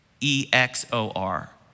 E-X-O-R